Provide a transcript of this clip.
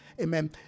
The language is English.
amen